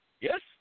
Yes